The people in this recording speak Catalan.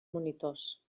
monitors